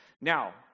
Now